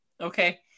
okay